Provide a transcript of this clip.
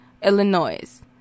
Illinois